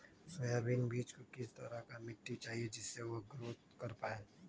Soybean बीज को किस तरह का मिट्टी चाहिए जिससे वह ग्रोथ कर पाए?